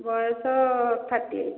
ବୟସ thirty eight